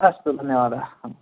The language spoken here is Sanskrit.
अस्तु धन्यवादः